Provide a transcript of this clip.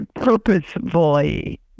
purposefully